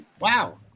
Wow